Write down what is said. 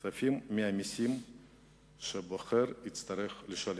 כספים מהמסים שהבוחר יצטרך לשלם.